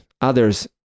others